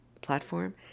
platform